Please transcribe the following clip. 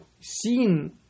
seen